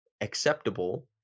acceptable